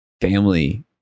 family